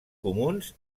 comuns